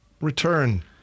return